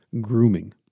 grooming